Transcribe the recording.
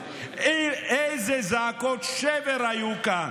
איזה זעקות שבר היו כאן.